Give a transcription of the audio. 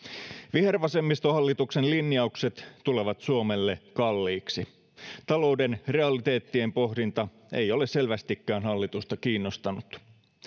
vihervasemmistohallituksen linjaukset tulevat suomelle kalliiksi talouden realiteettien pohdinta ei ole selvästikään hallitusta kiinnostanut